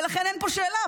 ולכן אין פה שאלה.